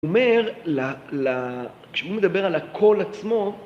‫הוא אומר, כשהוא מדבר ‫על הקול עצמו...